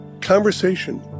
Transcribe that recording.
conversation